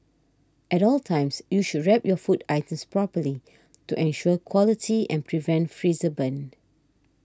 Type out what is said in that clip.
at all times you should wrap your food items properly to ensure quality and prevent freezer burn